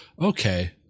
Okay